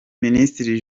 minisitiri